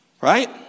right